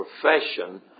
profession